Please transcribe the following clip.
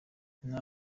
intara